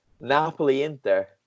Napoli-Inter